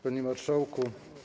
Panie Marszałku!